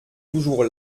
toujours